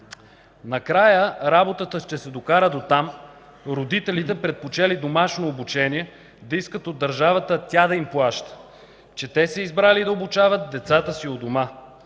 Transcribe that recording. Накрая работата ще се докара до там – родителите, предпочели домашно обучение, да искат от държавата тя да им плаща, че те са избрали да обучават децата си у дома